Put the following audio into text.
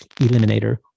eliminator